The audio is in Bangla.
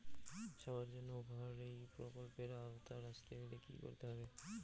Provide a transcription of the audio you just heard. সবার জন্য ঘর এই প্রকল্পের আওতায় আসতে গেলে কি করতে হবে?